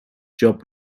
job